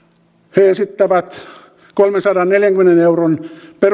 he esittävät kolmensadanneljänkymmenen euron